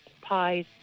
pies